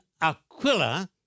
Aquila